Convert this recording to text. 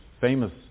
famous